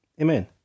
Amen